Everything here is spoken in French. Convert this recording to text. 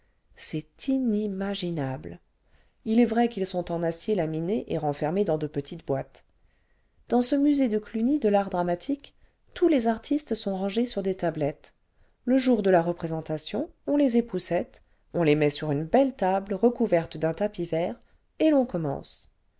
c'est inimaginable h est vrai qu'ils sont en acier laminé et renfermés dans de petites boîtes dans ce musée de cluny de l'art dramatique tous les artistes sont rangés sur des tablettes le jour de la représentation on les époussette on les met sur une belle table recouverte d'un tapis vert et l'on commence